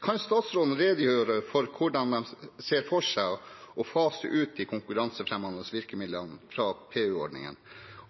Kan statsråden redegjøre for hvordan hun ser for seg å fase ut de konkurransefremmende virkemidlene fra PU-ordningen,